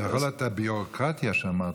אתה יכול לבטל את הביורוקרטיה שאמרת.